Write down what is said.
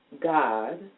God